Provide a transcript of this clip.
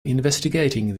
investigating